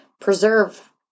preserve